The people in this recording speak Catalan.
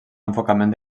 enfocament